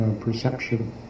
perception